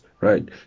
Right